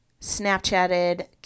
snapchatted